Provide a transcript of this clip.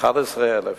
11,000,